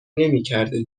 نمیکرده